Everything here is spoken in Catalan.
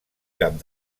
cap